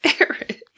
Eric